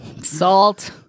Salt